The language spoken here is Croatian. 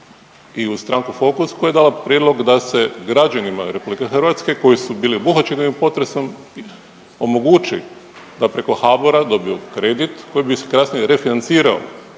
i uz stranku Fokus koja je dala prijedlog da se građanima RH koji su bili obuhvaćeno potresom omogući da preko HBOR-a dobiju kredit koji bi se kasnije refinancirao,